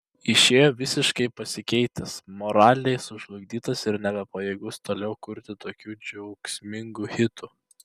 išėjo visiškai pasikeitęs moraliai sužlugdytas ir nebepajėgus toliau kurti tokių džiaugsmingų hitų